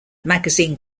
magazine